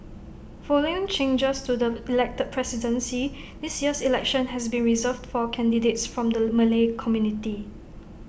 following changes to the elected presidency this year's election has been reserved for candidates from the Malay community